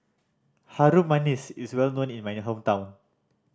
Harum Manis is well known in my hometown